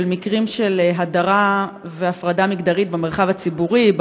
מקרים של הדרה והפרדה מגדרית במרחב הציבורי,